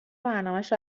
برنامشو